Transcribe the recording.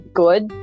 good